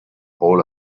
all